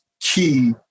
key